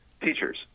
teachers